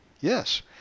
Yes